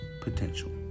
potential